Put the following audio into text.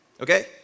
okay